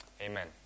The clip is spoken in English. Amen